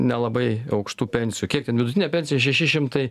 nelabai aukštų pensijų kiek ten vidutinė pensija šeši šimtai